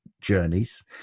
journeys